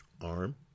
arm